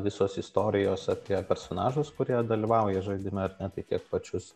visos istorijos apie personažus kurie dalyvauja žaidime ar ne tai tiek pačius